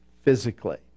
physically